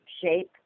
shape